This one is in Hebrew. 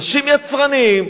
אנשים יצרניים,